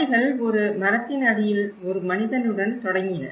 பள்ளிகள் ஒரு மரத்தின் அடியில் ஒரு மனிதனுடன் தொடங்கின